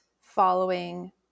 following